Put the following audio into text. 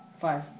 Five